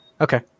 okay